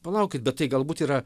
palaukit bet tai galbūt yra